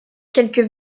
quelques